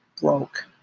broke